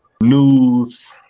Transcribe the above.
news